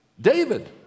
David